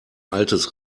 altes